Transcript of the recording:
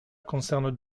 concerne